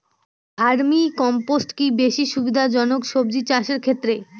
Vermi compost কি বেশী সুবিধা জনক সবজি চাষের ক্ষেত্রে?